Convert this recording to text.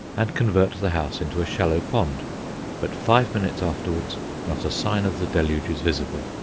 and convert the house into a shallow pond but five minutes afterwards not a sign of the deluge is visible.